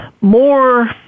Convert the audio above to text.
more